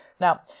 Now